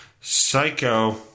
Psycho